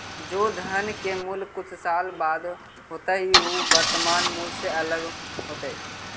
जे धन के मूल्य कुछ साल बाद होतइ उ वर्तमान मूल्य से अलग होतइ